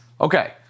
Okay